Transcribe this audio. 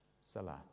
Salah